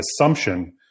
assumption